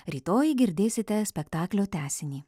rytoj girdėsite spektaklio tęsinį